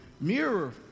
mirror